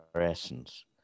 essence